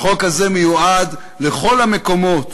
החוק הזה מיועד לכל המקומות